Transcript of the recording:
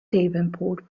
davenport